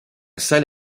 salle